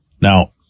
Now